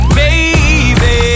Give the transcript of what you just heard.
baby